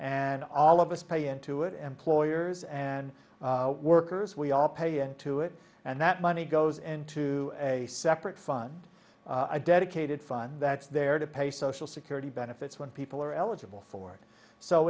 and all of us pay into it employers and workers we all pay into it and that money goes into a separate fund a dedicated fund that's there to pay social security benefits when people are eligible for it so